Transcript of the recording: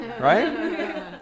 Right